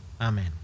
Amen